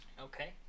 Okay